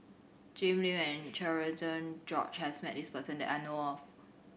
Jim Lim and Cherian George has met this person that I know of